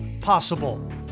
possible